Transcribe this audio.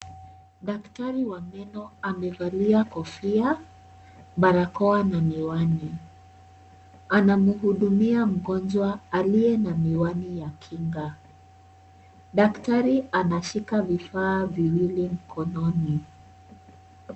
Daktari wa neno amevalia kofia, barakoa na miwani. Anamhudumia mgonjwa aliye na miwani ya kinga. Daktari anashika vifaa viwili mkononi.